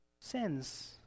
sins